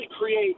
create